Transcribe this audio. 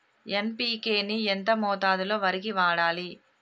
NPK ని ఎంత మోతాదులో వరికి వాడాలి?